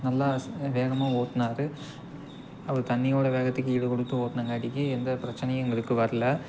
நல்லா வேகமாக ஓட்டினாரு அவர் தண்ணியோடய வேகத்துக்கு ஈடு கொடுத்து ஓட்டினங்காட்டிக்கு எந்த பிரச்சனையும் எங்களுக்கு வரல